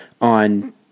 on